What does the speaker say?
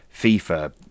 FIFA